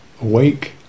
Awake